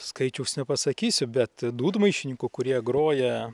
skaičiaus nepasakysiu bet dūdmaišininkų kurie groja